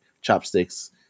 chopsticks